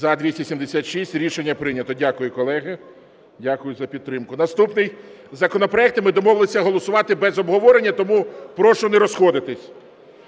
За-276 Рішення прийнято. Дякую, колеги, дякую за підтримку. Наступний законопроект, і ми домовилися голосувати без обговорення, і тому прошу не розходитися.